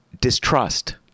distrust